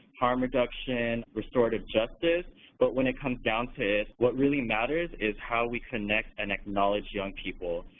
harm reduction, restorative justice, but when it comes down to it, what really matters is how we connect and acknowledge young people.